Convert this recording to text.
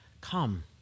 come